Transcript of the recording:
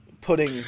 putting